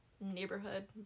neighborhood